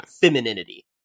femininity